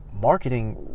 marketing